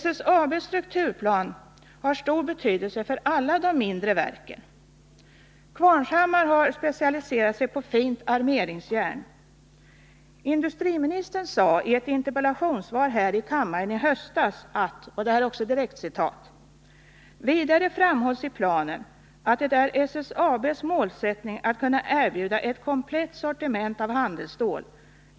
SSAB:s strukturplan är av stor betydelse för alla de mindre verken. Qvarnshammar har specialiserat sig på fint armeringsjärn. Industriministern sade i ett interpellationssvar här i kammaren i höstas: ”Vidare framhålls i planen att det är SSAB:s målsättning att kunna erbjuda ett komplett sortiment av handelsstål.